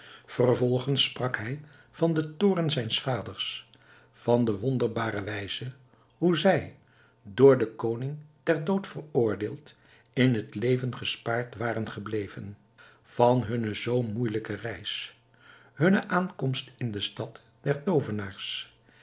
vervolgens sprak hij van den toorn zijns vaders van de wonderbare wijze hoe zij door den koning ter dood veroordeeld in het leven gespaard waren gebleven van hunne zoo moeijelijke reis hunne aankomst in de stad der